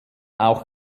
auch